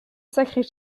sacrait